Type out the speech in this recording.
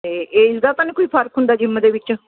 ਅਤੇ ਏਜ਼ ਦਾ ਤਾਂ ਨਹੀਂ ਕੋਈ ਫਰਕ ਹੁੰਦਾ ਜਿਮ ਦੇ ਵਿੱਚ